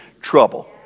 trouble